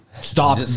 stop